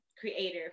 creator